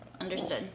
Understood